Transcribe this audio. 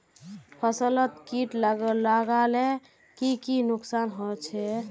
फसलोत किट लगाले की की नुकसान होचए?